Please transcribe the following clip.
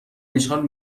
نشان